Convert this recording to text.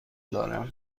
دارم